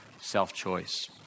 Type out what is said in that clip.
self-choice